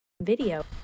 video